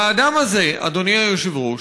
והאדם הזה, אדוני היושב-ראש,